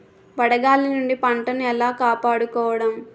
వడగాలి నుండి పంటను ఏలా కాపాడుకోవడం?